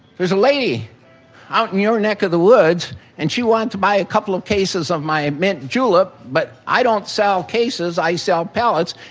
there's a lady out in your neck of the woods and she wanted to buy a couple of cases of my mint julep but i don't sell cases i sell pallets.